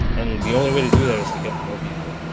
and the only way to do that is to get to know people.